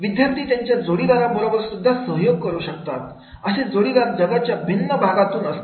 विद्यार्थी त्यांच्या जोडीदाराबरोबर सुद्धा सहयोग करू शकतात असे जोडीदार जगाच्या भिन्न भागांमधून असतील